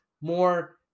more